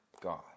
God